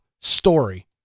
story